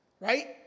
right